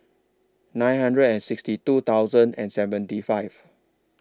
nine hundred and sixty two thousand and seventy five